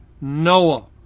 Noah